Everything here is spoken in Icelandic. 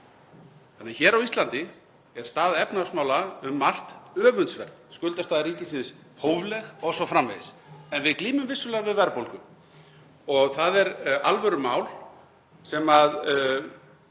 heimi. Hér á Íslandi er staða efnahagsmála um margt öfundsverð, skuldastaða ríkisins hófleg o.s.frv., en við glímum vissulega við verðbólgu og það er alvörumál sem